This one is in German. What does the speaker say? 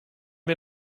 wir